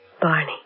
Barney